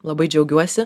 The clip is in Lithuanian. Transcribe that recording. labai džiaugiuosi